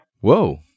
Whoa